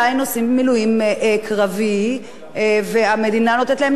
והמדינה נותנת להם לשאת את הנשק גם כשהם יוצאים לחופשות הביתה.